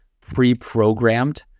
pre-programmed